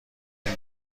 این